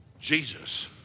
Jesus